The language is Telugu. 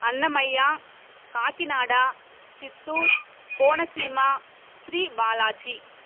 అన్నమయ్య కాకినాడ చిత్తూరు కోనసీమ శ్రీబాలాజీ